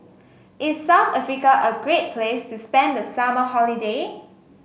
is South Africa a great place to spend the summer holiday